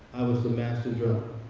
was the master drummer.